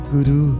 Guru